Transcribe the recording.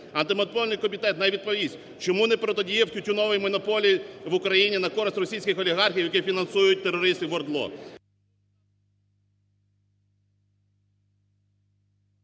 Антимонопольний комітет нехай відповість, чому не протидіяв тютюновій монополії в Україні на користь російських олігархів, які фінансують терористів в ОРДЛО…